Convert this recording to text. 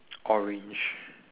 orange